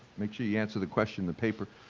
make sure you answer the question the paper.